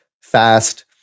fast